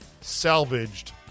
salvaged